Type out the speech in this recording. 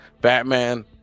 batman